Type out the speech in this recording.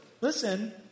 Listen